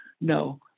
no